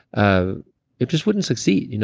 ah it just wouldn't succeed. you know